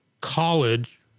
college